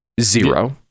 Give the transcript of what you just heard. Zero